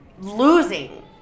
losing